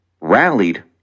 rallied